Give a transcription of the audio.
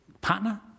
partner